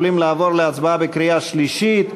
יכולים לעבור להצבעה בקריאה שלישית.